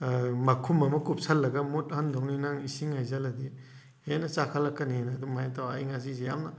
ꯃꯈꯨꯝ ꯑꯃ ꯀꯨꯞꯁꯜꯂꯒ ꯃꯨꯠꯍꯟꯗꯧꯅꯤ ꯅꯪ ꯏꯁꯤꯡ ꯍꯩꯖꯜꯂꯗꯤ ꯍꯦꯟꯅ ꯆꯥꯛꯈꯠꯂꯛꯀꯅꯤꯅ ꯑꯗꯨꯃꯥꯏꯅ ꯇꯧꯔ ꯑꯩ ꯉꯁꯤꯁꯤ ꯌꯥꯝꯅ